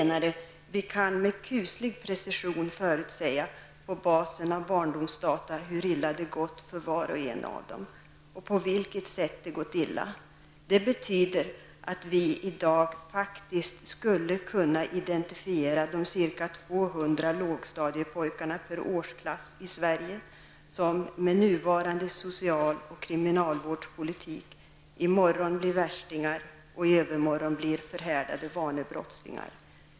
- Vi kan med kuslig precision förutsäga, på basen av barndomsdata, hur illa det gått för var och en, och på vilket sätt det gått illa. Det betyder att vi i dag faktiskt skulle kunna identifiera de ca 200 lågstadiepojkar per årsklass i Sverige, som med nuvarande social och kriminalvårdspolitik i morgon blir värstingar och i övermorgon blir förhärdade vanebrottslingar.